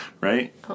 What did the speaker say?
Right